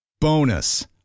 Bonus